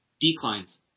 declines